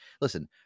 Listen